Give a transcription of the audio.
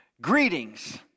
Greetings